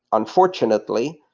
unfortunately,